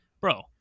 bro